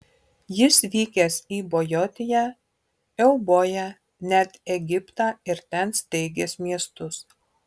jis vykęs į bojotiją euboją net egiptą ir ten steigęs miestus